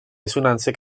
dissonància